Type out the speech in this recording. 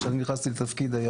כשאני נכנסתי לתפקיד,